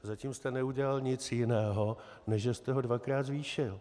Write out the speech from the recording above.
Zatím jste neudělal nic jiného, než že jste ho dvakrát zvýšil.